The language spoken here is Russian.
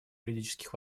юридических